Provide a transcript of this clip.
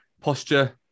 posture